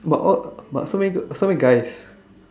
but all but so many so many guys